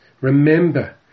Remember